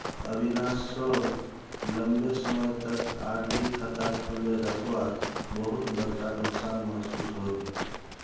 अविनाश सोक लंबे समय तक आर.डी खाता खोले रखवात बहुत बड़का नुकसान महसूस होल